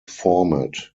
format